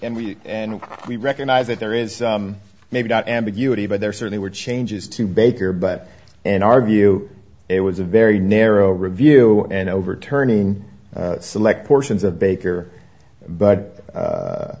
and we and we recognize that there is maybe not ambiguity but there certainly were changes to baker but and argue it was a very narrow review and overturning select portions of baker but